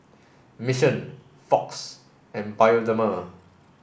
Mission Fox and Bioderma